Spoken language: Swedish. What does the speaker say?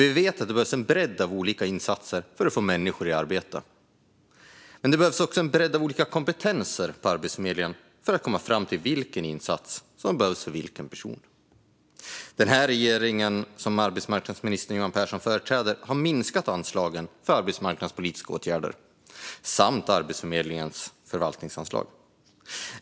Vi vet att det behövs en bredd av olika insatser för att få människor i arbete, men det behövs också en bredd av olika kompetenser på Arbetsförmedlingen för att man ska komma fram till vilken insats som behövs för vilken person. Den regering som arbetsmarknadsminister Johan Pehrson företräder har minskat anslagen för arbetsmarknadspolitiska åtgärder och Arbetsförmedlingens förvaltningsanslag.